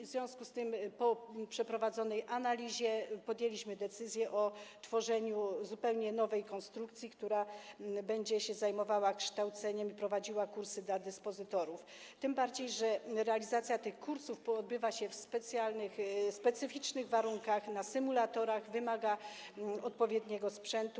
W związku z tym po przeprowadzonej analizie podjęliśmy decyzję o utworzeniu zupełnie nowej konstrukcji, która będzie się zajmowała kształceniem i prowadziła kursy dla dyspozytorów, tym bardziej że realizacja tych kursów odbywa się w specyficznych warunkach, na symulatorach, wymaga odpowiedniego sprzętu.